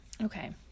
Okay